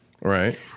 Right